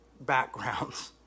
backgrounds